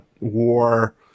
war